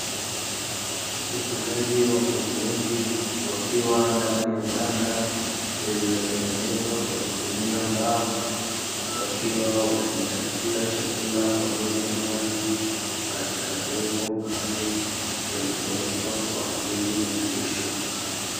Ufugaji wa kuku wengi wakiwa ndani ya banda lililotengenezwa kwa kutumia mbao, wakiwa wanajitafutia chakula pamoja na maji katika vyombo maalumu vilivyowekwa kwa ajili ya malisho.